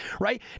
right